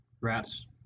Rats